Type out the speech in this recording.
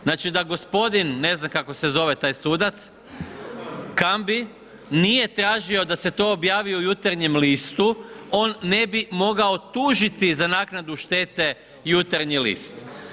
Znači da gospodin, ne znam kako se zove taj sudac, Kambi, nije tražio da se to objavi u Jutarnjem listu on ne bi mogao tužiti za naknadu štete Jutarnji list.